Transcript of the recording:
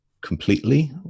completely